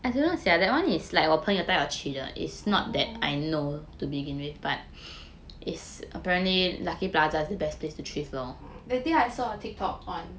that day I saw a TikTok on